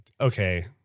okay